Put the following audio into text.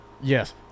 Yes